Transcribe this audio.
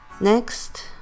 Next